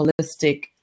holistic